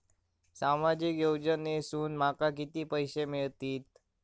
सामाजिक योजनेसून माका किती पैशे मिळतीत?